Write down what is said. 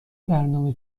برنامه